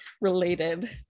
related